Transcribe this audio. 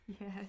Yes